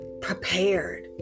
prepared